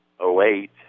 08